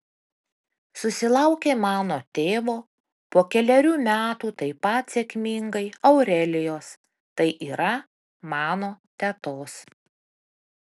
susilaukė mano tėvo po kelerių metų taip pat sėkmingai aurelijos tai yra mano tetos